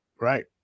Right